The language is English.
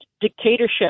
dictatorship